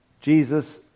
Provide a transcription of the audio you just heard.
Jesus